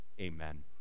Amen